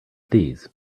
these